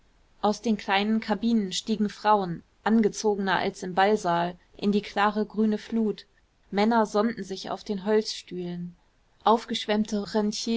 aus den kleinen kabinen stiegen frauen angezogener als im ballsaal in die klare grüne flut männer sonnten sich auf den holzstufen aufgeschwemmte